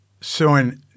Soin